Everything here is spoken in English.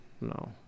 no